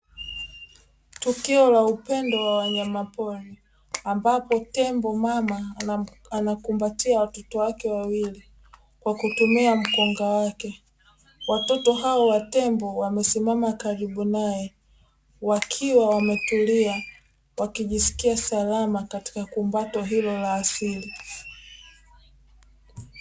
Tukio la upendo wa wanyamapori ambapo tembo mama anakumbatia watoto wake wawili kwa kutumia mkonga wake, watoto hao wa tembo wamesimama karibu nae wakiwa wametulia wakijisikia salama katika kumbato hilo la asili.